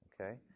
Okay